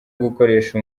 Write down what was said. gukoresha